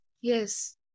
Yes